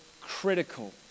critical